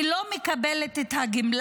היא לא מקבלת את הגמלה,